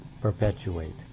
perpetuate